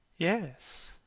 yes,